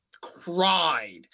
cried